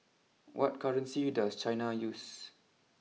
what currency does China use